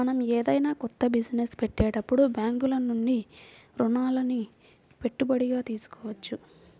మనం ఏదైనా కొత్త బిజినెస్ పెట్టేటప్పుడు బ్యేంకుల నుంచి రుణాలని పెట్టుబడిగా తీసుకోవచ్చు